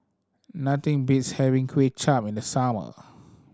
nothing beats having Kway Chap in the summer